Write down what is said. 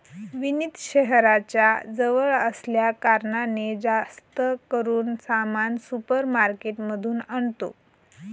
विनीत शहराच्या जवळ असल्या कारणाने, जास्त करून सामान सुपर मार्केट मधून आणतो